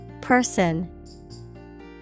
Person